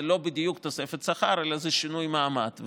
זה לא בדיוק תוספת שכר אלא זה שינוי מעמד,